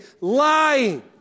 lying